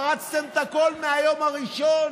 פרצתם את הכול מהיום הראשון.